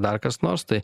dar kas nors tai